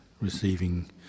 receiving